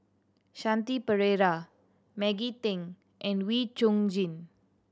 Shanti Pereira Maggie Teng and Wee Chong Jin